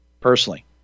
personally